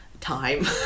time